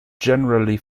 generally